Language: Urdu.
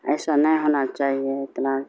ایسا نہیں ہونا چاہیے اتنا